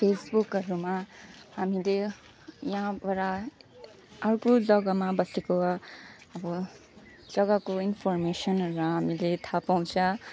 फेसबुकहरूमा हामीले यहाँबाट अर्को जग्गामा बसेको अब जग्गाको इन्फोर्मेसनहरू हामीले थाहा पाउँछ